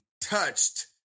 touched